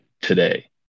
today